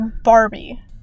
Barbie